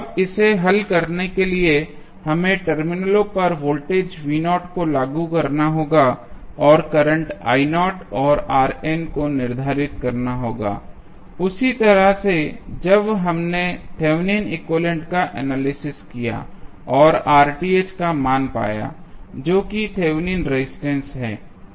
अब इसे हल करने के लिए हमें टर्मिनलों पर वोल्टेज को लागू करना होगा और करंट और को निर्धारित करना होगा उसी तरह से जब हमने थेवेनिन एक्विवैलेन्ट का एनालिसिस किया और का मान पाया जो कि थेवेनिन रेजिस्टेंस है